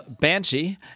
banshee